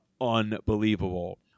unbelievable